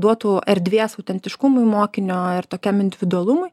duotų erdvės autentiškumui mokinio ir tokiam individualumui